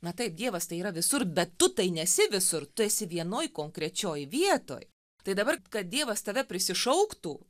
na taip dievas tai yra visur bet tu tai nesi visur tu esi vienoj konkrečioj vietoj tai dabar kad dievas tave prisišauktų